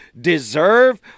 deserve